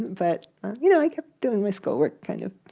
but you know i kept doing my school work, kind of.